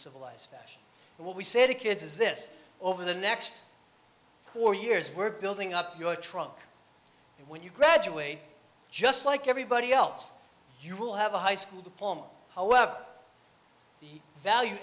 civilized fashion what we say to kids is this over the next four years we're building up your truck when you graduate just like everybody else you will have a high school diploma however the value